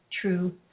true